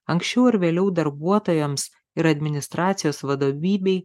anksčiau ir vėliau darbuotojams ir administracijos vadovybei